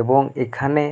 এবং এখানে